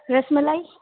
ras malai